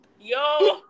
yo